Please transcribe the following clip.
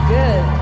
good